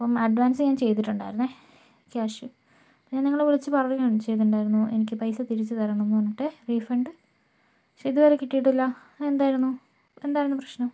അപ്പോൾ അഡ്വാന്സ് ഞാന് ചെയ്തിട്ടുണ്ടായിരുന്നേ ക്യാഷ് ഞാന് നിങ്ങളെ വിളിച്ചു പറയുകയും ചെയ്തിട്ടുണ്ടായിരുന്നു എനിക്ക് പൈസ തിരിച്ചു തരണം എന്ന് പറഞ്ഞിട്ട് റീഫണ്ട് പക്ഷേ ഇതുവരെ കിട്ടിയിട്ടില്ല അതെന്തായിരുന്നു എന്താരുന്നു പ്രശ്നം